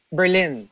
Berlin